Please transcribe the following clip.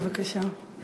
בבקשה.